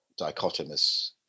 dichotomous